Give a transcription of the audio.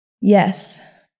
Yes